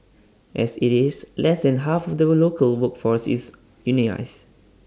as IT is less than half of the local workforce is unionised